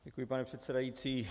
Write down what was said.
Děkuji, pane předsedající.